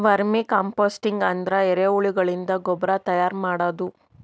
vermi composting ಅಂದ್ರ ಎರಿಹುಳಗಳಿಂದ ಗೊಬ್ರಾ ತೈಯಾರ್ ಮಾಡದು